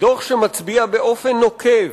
דוח שמצביע באופן נוקב